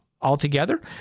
altogether